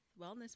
wellness